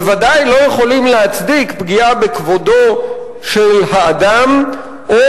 בוודאי לא יכולים להצדיק פגיעה בכבודו של האדם או